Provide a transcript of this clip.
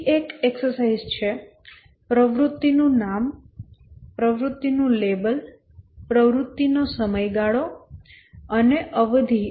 બીજી એક કવાયત છે પ્રવૃત્તિનું નામ પ્રવૃત્તિનું લેબલ પ્રવૃત્તિનો સમયગાળો અને અવધિ